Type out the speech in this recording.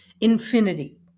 infinity